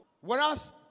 whereas